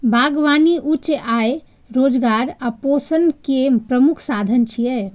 बागबानी उच्च आय, रोजगार आ पोषण के प्रमुख साधन छियै